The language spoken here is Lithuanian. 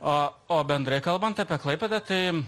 o o bendrai kalbant apie klaipėdą tai